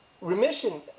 Remission